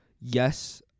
yes